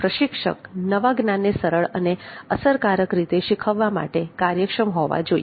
પ્રશિક્ષક નવા જ્ઞાનને સરળ અને અસરકારક રીતે શીખવવા માટે કાર્યક્ષમ હોવા જોઈએ